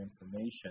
information